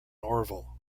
orville